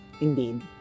indeed